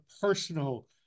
personal